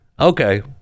okay